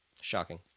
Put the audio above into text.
Shocking